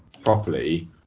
properly